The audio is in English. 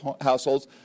households